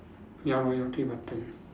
ya lor ya three button